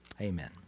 amen